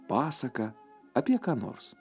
pasaką apie ką nors